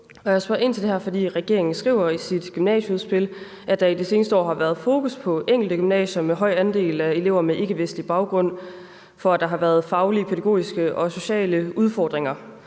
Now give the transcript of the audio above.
jeg spørger ind til det her, er det, fordi regeringen i sit gymnasieudspil skriver, at der i de seneste år har været fokus på enkelte gymnasier med høj andel af elever med ikkevestlig baggrund, og at der har været faglige, pædagogiske og sociale udfordringer,